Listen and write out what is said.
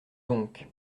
donc